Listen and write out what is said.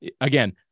again